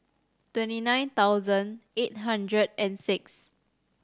twenty nine thousand eight hundred and six